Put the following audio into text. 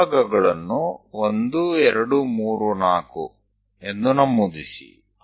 ವಿಭಾಗಗಳನ್ನು 1 2 3 4 ಎಂದು ನಮೂದಿಸಿ